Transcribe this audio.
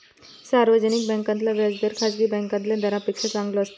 सार्वजनिक बॅन्कांतला व्याज दर खासगी बॅन्कातल्या दरांपेक्षा चांगलो असता